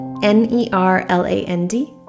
n-e-r-l-a-n-d